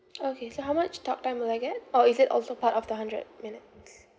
okay so how much talk time will I get or is it also part of the hundred minutes